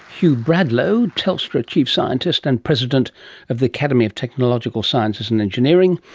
hugh bradlow, telstra chief scientist and president of the academy of technological sciences and engineering,